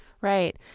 Right